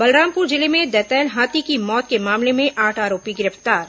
बलरामपुर जिले में दंतैल हाथी की मौत के मामले में आठ आरोपी गिरफ्तार